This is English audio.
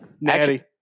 Natty